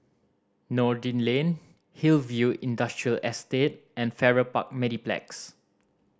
Noordin Lane Hillview Industrial Estate and Farrer Park Mediplex